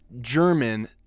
German